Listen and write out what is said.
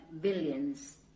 billions